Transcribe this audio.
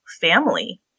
family